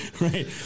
right